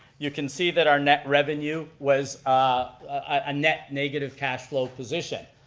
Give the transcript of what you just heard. you can see that our net revenue was a net negative cash flow position.